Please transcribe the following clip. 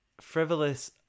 Frivolous